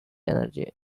energy